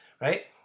Right